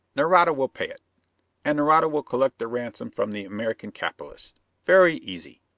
nareda will pay it and nareda will collect the ransom from the american capitalists. very easy.